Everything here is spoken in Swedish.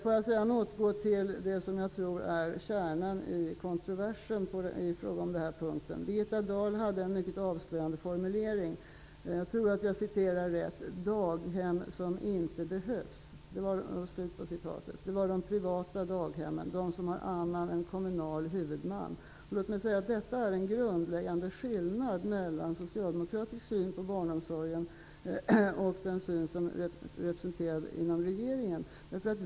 Låt mig sedan återgå till det som jag tror är kärnan i kontroversen på denna punkt. Birgitta Dahl använde en mycket avslöjande formulering. Hon talade om ''daghem som inte behövs''. Det var de privata daghemmen, de som har annat än kommunal huvudman. Detta är en grundläggande skillnad mellan socialdemokratisk syn på barnomsorg och den syn som finns representerad inom regeringen.